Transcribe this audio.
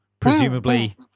Presumably